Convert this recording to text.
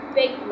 big